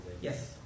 yes